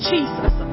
Jesus